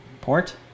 port